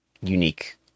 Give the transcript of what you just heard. unique